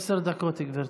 עשר דקות, גברתי.